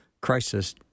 crisis